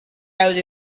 out